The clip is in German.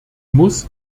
muss